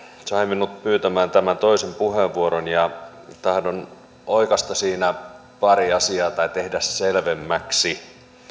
sai minut pyytämään tämän toisen puheenvuoron ja tahdon oikaista siinä pari asiaa tai tehdä selvemmäksi